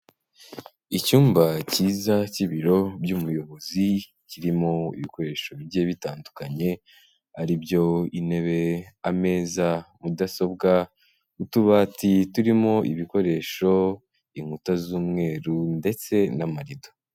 Icyumba cyiza cy'ibiro by'umuyobozi, kirimo ibikoresho bigiye bitandukanye, aribyo intebe, ameza, mudasobwa, utubati turimo ibikoresho, inkuta z'umweru, ndetse n'amarido.